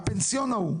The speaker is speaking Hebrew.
הפנסיון ההוא.